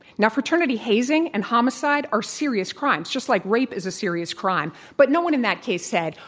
now, fraternity hazing and homicide are serious crimes, just like rape is a serious crime but no one in that case said,